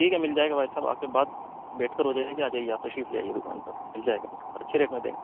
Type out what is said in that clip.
ٹھیک ہے مل جائے گا بھائی صاحب آ کے بات بیٹھ کر ہو جائے گی آ جائیے آپ تشریف لے آئیے دکان پر مل جائے گا اچھے ریٹ میں دیں گے